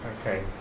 Okay